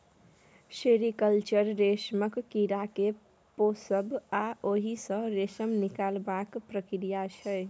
sericulture रेशमक कीड़ा केँ पोसब आ ओहि सँ रेशम निकालबाक प्रक्रिया छै